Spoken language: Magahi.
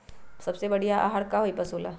सबसे बढ़िया आहार का होई पशु ला?